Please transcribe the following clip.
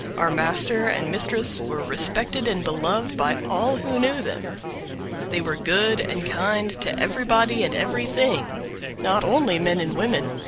our master and mistress were respected and beloved by all who knew them they were good and kind to everybody and everything not only men and women,